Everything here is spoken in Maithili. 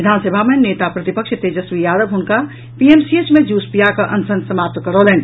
विधानसभा मे नेता प्रतिपक्ष तेजस्वी यादव हुनका पीएमसीएच मे जूस पियाकऽ अनशन समाप्त करौलनि